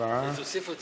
ההצעה להעביר את